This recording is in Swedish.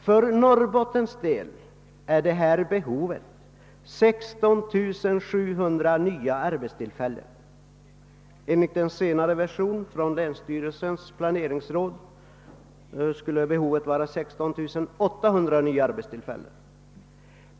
För Norrbottens län är behovet 16 700 nya arbetstillfällen, men enligt en senare version från länsstyrelsens planeringsråd skulle behovet vara 16 800 nya arbetstillfällen.